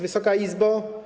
Wysoka Izbo!